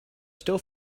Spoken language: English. still